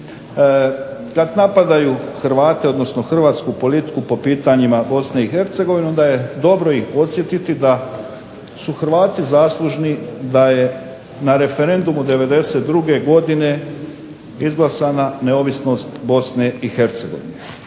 DA napadaju Hrvate odnosno hrvatsku politiku po pitanjima Bosne i Hercegovine onda je dobro ih podsjetiti da su Hrvati zaslužni da je na referendumu 92. godine izglasana neovisnost BiH.